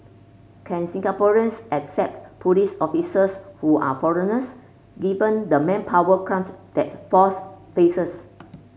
can Singaporeans accept police officers who are foreigners given the manpower crunch that force faces